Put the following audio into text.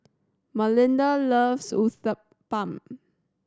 Malinda loves Uthapam